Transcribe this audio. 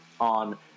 on